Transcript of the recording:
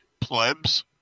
plebs